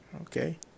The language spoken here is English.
Okay